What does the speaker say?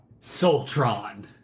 Soltron